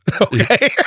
okay